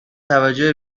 توجه